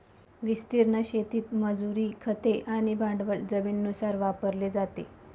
विस्तीर्ण शेतीत मजुरी, खते आणि भांडवल जमिनीनुसार वापरले जाते